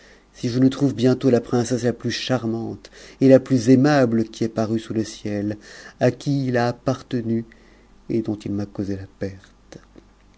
si je ne trouve bientôt la princesse la plus charmante et la p aimable qui ait paru sous le ciel à qui il a appartenu et dont il m'a cause la perte